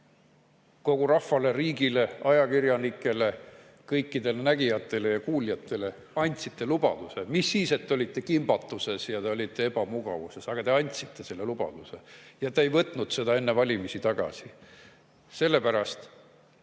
kogu rahvale, riigile, ajakirjanikele, kõikidele nägijatele ja kuuljatele andsite lubaduse. Mis siis, et te olite kimbatuses ja teil oli ebamugav, aga te andsite selle lubaduse. Te ei võtnud seda enne valimisi tagasi. Sellepärast